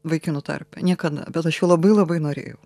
vaikinų tarpe niekada bet aš jo labai labai norėjau